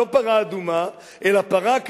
לא פרה אדומה אלא פרה,